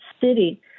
city